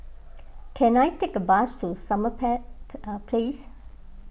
can I take a bus to Summer Place